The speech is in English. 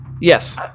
Yes